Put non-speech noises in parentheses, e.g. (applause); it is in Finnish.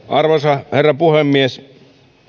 (unintelligible) arvoisa herra puhemies